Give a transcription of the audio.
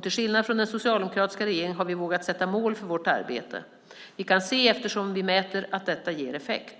Till skillnad från den socialdemokratiska regeringen har vi vågat sätta upp mål för vårt arbete. Vi kan se, eftersom vi mäter, att detta ger effekt.